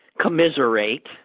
commiserate